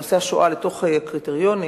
נושא השואה לתוך הקריטריונים,